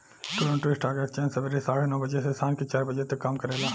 Toronto stock exchange सबेरे साढ़े नौ बजे से सांझ के चार बजे तक काम करेला